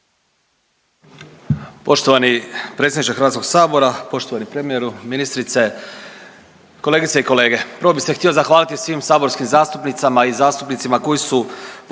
Hvala